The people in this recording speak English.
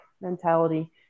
mentality